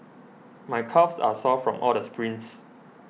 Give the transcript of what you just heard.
my calves are sore from all the sprints